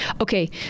Okay